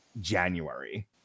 January